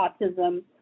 autism